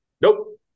nope